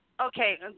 Okay